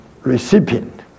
recipient